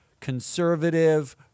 conservative